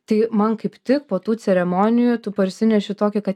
tai man kaip tik po tų ceremonijų tu parsineši tokį kad